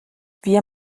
wir